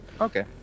Okay